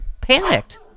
panicked